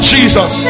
Jesus